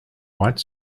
white